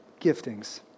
giftings